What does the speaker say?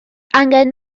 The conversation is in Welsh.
angen